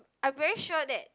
I very sure that